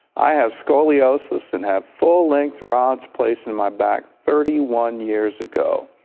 i have scoliosis and have full-length rods placed in my back thirty one years ago.